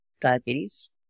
diabetes